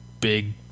big